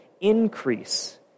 increase